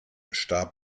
starb